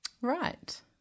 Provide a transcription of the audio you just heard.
Right